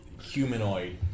humanoid